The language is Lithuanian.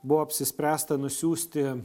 buvo apsispręsta nusiųsti